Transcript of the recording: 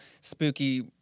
spooky